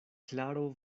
klaro